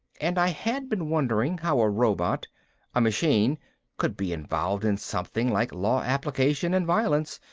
and i had been wondering how a robot a machine could be involved in something like law application and violence.